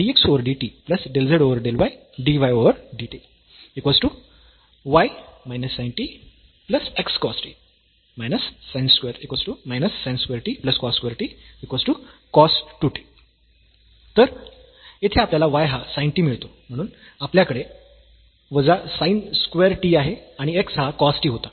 y −sin t x cos t −sin2 t cos2 t cos 2 t तर येथे आपल्याला y हा sin t मिळतो म्हणून आपल्याकडे वजा sin स्क्वेअर t आहे आणि x हा cos t होता